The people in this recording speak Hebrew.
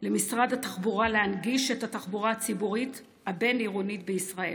למשרד התחבורה להנגיש את התחבורה הציבורית הבין-עירונית בישראל.